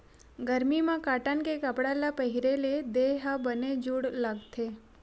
गरमी म कॉटन के कपड़ा ल पहिरे ले देहे ह बने जूड़ लागथे